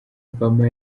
obama